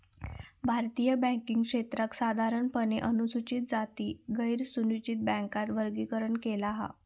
भारतीय बॅन्किंग क्षेत्राक साधारणपणे अनुसूचित आणि गैरनुसूचित बॅन्कात वर्गीकरण केला हा